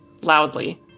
loudly